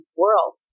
world